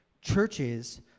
Churches